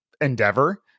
endeavor